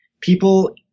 people